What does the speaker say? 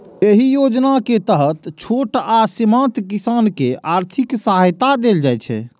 एहि योजना के तहत छोट आ सीमांत किसान कें आर्थिक सहायता देल जाइ छै